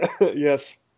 yes